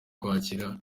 kwakira